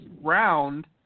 round